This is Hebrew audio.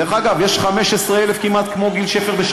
דרך אגב, יש כמעט 15,000 בשנה כמו גיל שפר.